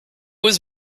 was